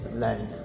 land